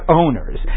owners